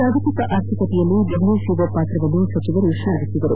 ಜಾಗತಿಕ ಆರ್ಥಿಕತೆಯಲ್ಲಿ ಡಬ್ಲೂಸಿಒ ಪಾತ್ರವನ್ನು ಸಚಿವರು ಶ್ಲಾಘಿಸಿದರು